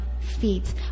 feet